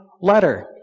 letter